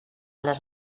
les